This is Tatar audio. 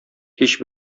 һич